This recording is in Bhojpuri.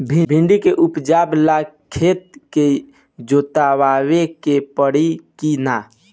भिंदी के उपजाव ला खेत के जोतावे के परी कि ना?